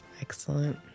Excellent